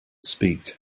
speak